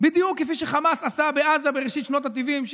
בדיוק כפי שחמאס עשה בעזה בראשית שנות השבעים,